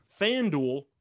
FanDuel